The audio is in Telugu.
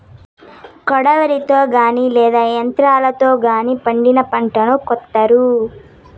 కొడవలితో గానీ లేదా యంత్రాలతో గానీ పండిన పంటను కోత్తారు